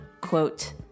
quote